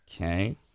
Okay